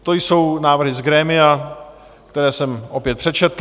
To jsou návrhy z grémia, které jsem opět přečetl.